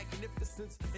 Magnificence